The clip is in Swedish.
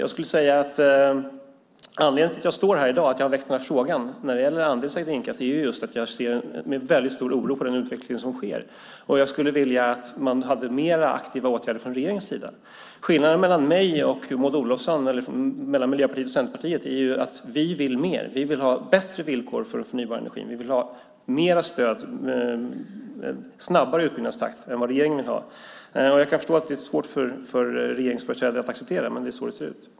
Anledningen till att jag har väckt den här frågan om andelsägd vindkraft är just att jag ser med väldigt stor oro på den utveckling som sker. Jag skulle vilja att regeringen vidtog fler aktiva åtgärder. Skillnaden mellan mig och Maud Olofsson eller mellan Miljöpartiet och Centerpartiet är att vi vill mer. Vi vill ha bättre villkor för den förnybara energin. Vi vill ha mer stöd och en snabbare utbyggnadstakt än vad regeringen har åstadkommit. Jag kan förstå att det är svårt för regeringsföreträdare att acceptera det, men det är så det ser ut.